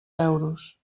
euros